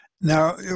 Now